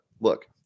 look